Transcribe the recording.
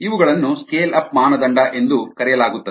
ಇವುಗಳನ್ನು scale up ಮಾನದಂಡ ಎಂದು ಕರೆಯಲಾಗುತ್ತದೆ